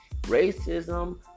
racism